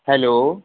hello